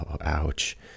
ouch